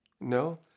No